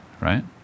right